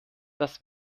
das